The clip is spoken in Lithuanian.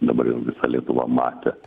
dabar jau visa lietuva matė